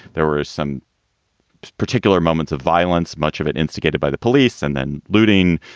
there were some particular moments of violence, much of it instigated by the police and then looting,